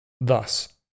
Thus